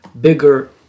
bigger